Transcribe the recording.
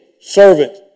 servant